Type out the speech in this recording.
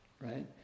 right